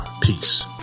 Peace